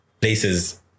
places